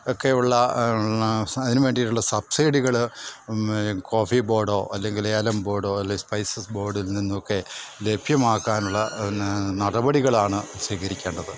ഒക്കെയുള്ള അതിന് വേണ്ടിയിട്ടുള്ള സബ്സിഡികൾ കോഫി ബോർഡോ അല്ലെങ്കിൽ ഏലം ബോർഡോ അല്ലെങ്കിൽ സ്പൈസസ് ബോർഡിൽനിന്നൊക്കെ ലഭ്യമാക്കാനുള്ള പിന്നെ നടപടികളാണ് സ്വീകരിക്കേണ്ടത്